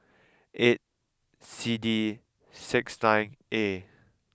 eight C D six nine A